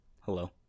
hello